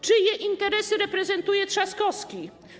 Czyje interesy reprezentuje Trzaskowski?